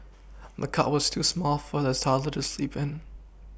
the cot was too small for the toddler to sleep in